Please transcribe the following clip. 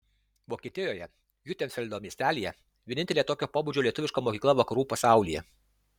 vokietijoje hiutenfeldo miestelyje vienintelė tokio pobūdžio lietuviška mokykla vakarų pasaulyje